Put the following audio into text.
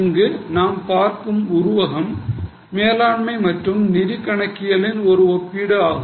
இங்கு நாம் பார்க்கும் உருவகம் மேலாண்மை மற்றும் நிதி கணக்கியலின் ஒரு ஒப்பீடு ஆகும்